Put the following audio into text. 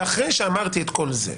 אחרי שאמרתי את כל זה,